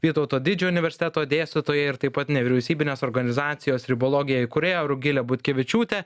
vytauto didžiojo universiteto dėstytoja ir taip pat nevyriausybinės organizacijos ribologija įkūrėja rugilė butkevičiūtė